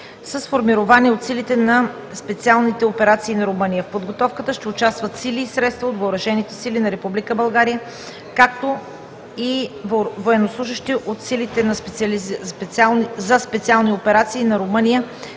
с формирования от Силите на специалните операции на Румъния. В подготовката ще участват сили и средства от въоръжените сили на Република България, както и военнослужещи от силите за Специални операции на Румъния